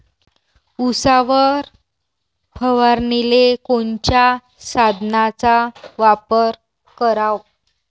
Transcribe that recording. उसावर फवारनीले कोनच्या साधनाचा वापर कराव?